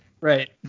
Right